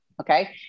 Okay